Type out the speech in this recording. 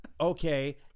okay